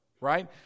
right